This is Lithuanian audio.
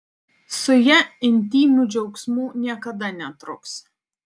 su ja intymių džiaugsmų niekada netruks